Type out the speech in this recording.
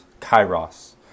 kairos